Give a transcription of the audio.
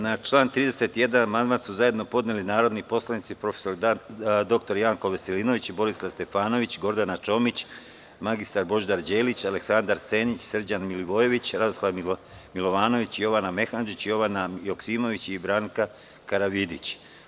Na član 31. amandman su zajedno podneli narodni poslanici prof. dr Janko Veselinović, Borislav Stefanović, Gordana Čomić, mr Božidar Đelić, Aleksandar Senić, Srđan Milivojević, Radoslav Milovanović, Jovana Mehandžić, Jovana Joksimović i Branka Karavidić.